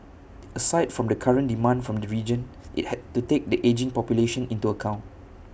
aside from the current demand from the region IT had to take the ageing population into account